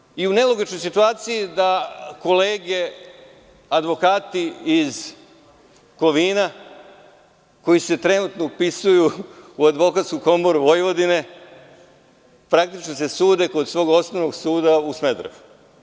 Mi ćemo biti i u nelogičnoj situaciji da kolege advokati iz Kovina, koji se trenutno upisuju u Advokatsku komoru Vojvodine, praktično se sude kod svog Osnovnog suda u Smederevu.